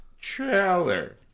trailer